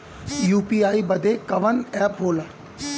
UPI बदे कवन app होला?